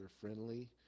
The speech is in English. friendly